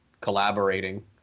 collaborating